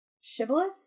Shibboleth